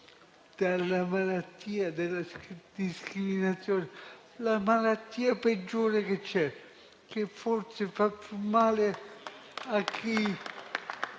dalla malattia della discriminazione, la malattia peggiore che c'è, che forse fa più male a chi